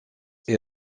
est